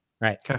right